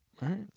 right